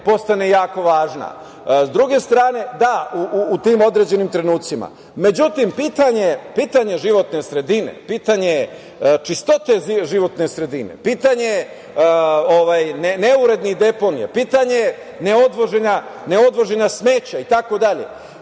postane jako važna, da, u tim određenim trenucima.Međutim, pitanje životne sredine, pitanje čistote životne sredine, pitanje neurednih deponija, pitanje neodvoženja smeća itd, jeste